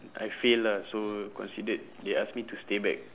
I fail ah so considered they ask me to stay back